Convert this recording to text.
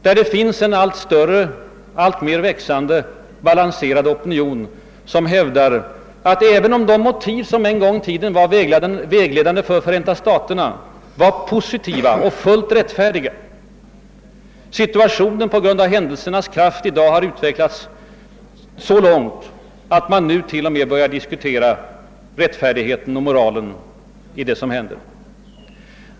I USA finns en växande och balanserad opinion som hävdar att, även om de motiv som en gång i tiden var vägledande för Förenta staterna var positiva och fullt rättfärdiga, har situationen på grund av händelsernas kraft i dag utvecklats dithän, att man nu till och med börjar diskutera rättfärdigheten och moralen i det som händer.